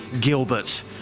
Gilbert